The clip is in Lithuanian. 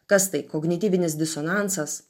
kas tai kognityvinis disonansas